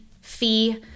fee